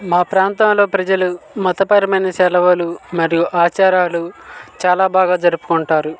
మా ప్రాంతంలో ప్రజలు మతపరమైన సెలవులు మరియు ఆచారాలు చాలా బాగా జరుపుకుంటారు